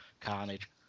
carnage